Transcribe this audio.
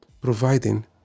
providing